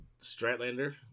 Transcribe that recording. Stratlander